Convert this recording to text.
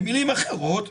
במילים אחרות,